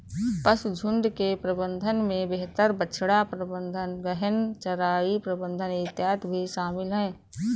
पशुझुण्ड के प्रबंधन में बेहतर बछड़ा प्रबंधन, गहन चराई प्रबंधन इत्यादि भी शामिल है